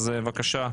אז בבקשה,